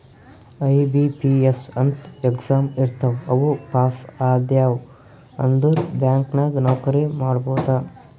IBPS ಅಂತ್ exam ಇರ್ತಾವ್ ಅವು ಪಾಸ್ ಆದ್ಯವ್ ಅಂದುರ್ ಬ್ಯಾಂಕ್ ನಾಗ್ ನೌಕರಿ ಮಾಡ್ಬೋದ